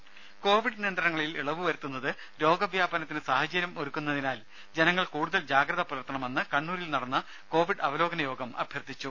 രുമ കൊവിഡ് നിയന്ത്രണങ്ങളിൽ ഇളവ് വരുത്തുന്നത് രോഗവ്യാപനത്തിന് സാഹചര്യമൊരുക്കുമെന്നതിനാൽ ജനങ്ങൾ കൂടുതൽ ജാഗ്രത പുലർത്തണമെന്ന് കണ്ണൂരിൽ നടന്ന കോവിഡ് അവലോകന യോഗം അഭ്യർത്ഥിച്ചു